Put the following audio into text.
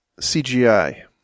CGI